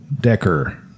Decker